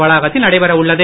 வளாகத்தில் நடைபெறவுள்ளது